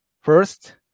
First